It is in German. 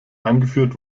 eingeführt